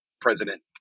President